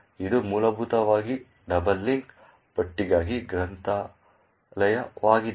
ಇದು ಮೂಲಭೂತವಾಗಿ double link ಪಟ್ಟಿಗಾಗಿ ಗ್ರಂಥಾಲಯವಾಗಿದೆ